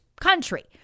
country